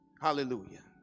Hallelujah